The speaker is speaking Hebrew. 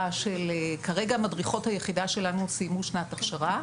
כרגע מדריכות היחידה שלנו סיימו שנת הכשרה.